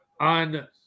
on